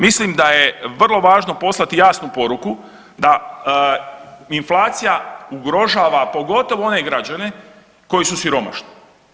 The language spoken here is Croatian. Mislim da je vrlo važno poslati jasnu poruku da inflacija ugrožava pogotovo one građane koji su siromašni.